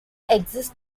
exist